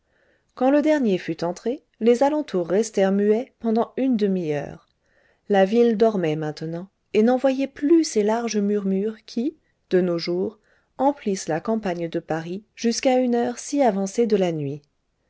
quand le dernier fut entré les alentours restèrent muets pendant une demi-heure la ville dormait maintenant et n'envoyait plus ces larges murmures qui de nos jours emplissent la campagne de paris jusqu'à une heure si avancée de la nuit